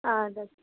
اَدٕ حظ